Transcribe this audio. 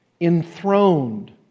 enthroned